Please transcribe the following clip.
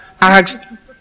ask